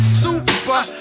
super